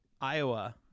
Iowa